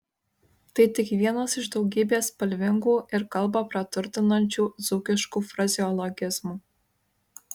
tai tik vienas iš daugybės spalvingų ir kalbą praturtinančių dzūkiškų frazeologizmų